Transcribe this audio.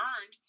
earned